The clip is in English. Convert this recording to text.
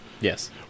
Yes